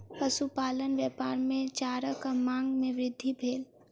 पशुपालन व्यापार मे चाराक मांग मे वृद्धि भेल